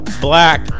black